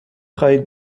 خواهید